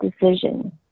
decision